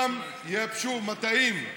ייבשו 500 דונם מטעים,